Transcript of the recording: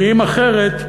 ואם אחרת,